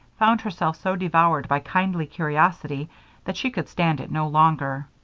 found herself so devoured by kindly curiosity that she could stand it no longer.